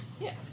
Yes